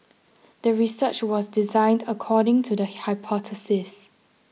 the research was designed according to the hypothesis